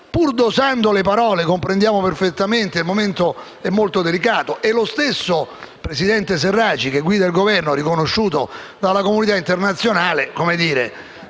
Pur dosando le parole, comprendiamo perfettamente che il momento è molto delicato e lo stesso presidente Serraj, che guida il Governo riconosciuto dalla comunità internazionale, vive